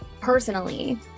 personally